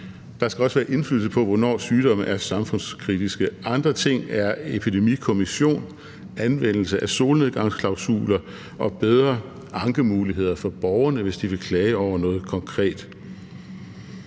Der skal også være indflydelse på at afgøre, hvornår sygdomme er samfundskritiske. Andre ting er en epidemikommission, anvendelse af solnedgangsklausuler og bedre ankemuligheder for borgerne, hvis de vil klage over noget konkret.